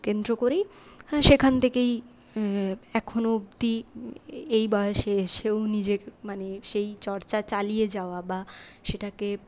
কেন্দ্র করেই সেখান থেকেই এখনও অবধি এই বয়েসে এসেও নিজে মানে সেই চর্চা চালিয়ে যাওয়া বা সেটাকে